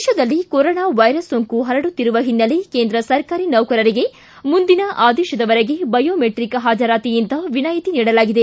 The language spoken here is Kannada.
ದೇಶದಲ್ಲಿ ಕೊರೊನಾ ವೈರಸ್ ಸೋಂಕು ಪರಡುತ್ತಿರುವ ಹಿನ್ನೆಲೆ ಕೇಂದ್ರ ಸರ್ಕಾರಿ ನೌಕರರಿಗೆ ಮುಂದಿನ ಆದೇಶದವರೆಗೆ ಬಯೋಮೇಟ್ರಿಕ್ ಪಾಜರಾತಿಯಿಂದ ವಿನಾಯಿತಿ ನೀಡಲಾಗಿದೆ